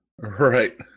Right